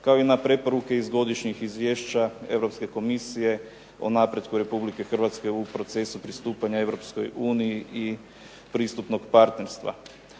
kao i na preporuke iz godišnjih izvješća Europske Komisije o napretku Republike Hrvatske u procesu pristupanja Europskoj uniji i pristupnog partnerstva.